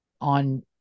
on